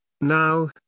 Now